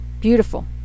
Beautiful